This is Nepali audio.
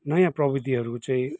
नयाँ प्रविधिहरू चाहिँ